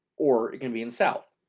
or it can be in south.